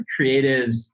creatives